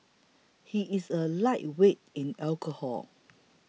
he is a lightweight in alcohol